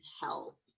help